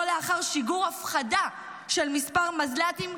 לא לאחר שיגור הפחדה של כמה מזל"טים,